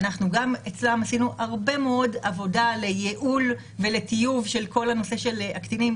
גם אצלנו עשינו הרבה מאוד עבודה לייעול ולטיוב של כל הנושא של הקטינים.